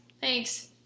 Thanks